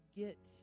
get